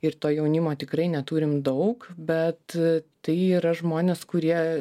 ir to jaunimo tikrai neturim daug bet e tai yra žmonės kurie